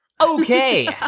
Okay